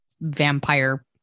vampire